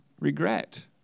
regret